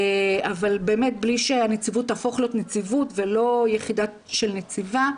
אבל באמת בלי שהנציבות תהפוך להיות נציבות ולא יחידה של נציבה,